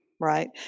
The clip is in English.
Right